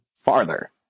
farther